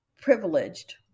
privileged